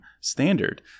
standard